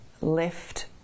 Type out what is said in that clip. left